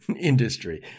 industry